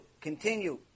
continue